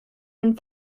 and